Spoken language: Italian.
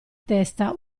testa